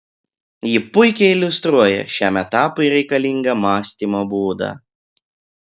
ji puikiai iliustruoja šiam etapui reikalingą mąstymo būdą